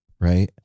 Right